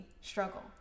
struggle